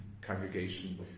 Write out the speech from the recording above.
congregation